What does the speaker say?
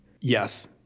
Yes